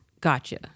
Gotcha